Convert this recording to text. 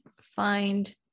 find